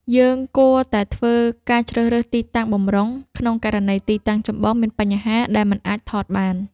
យើងគួរតែធ្វើការជ្រើសរើសទីតាំងបម្រុង ក្នុងករណីដែលទីតាំងចម្បងមានបញ្ហាដែលមិនអាចថតបាន។